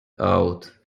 out